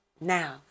now